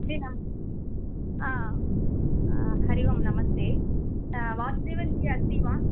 जि नं हा हरिः ओं नमस्ते वासुदेवन् जि अस्ति वा